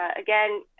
again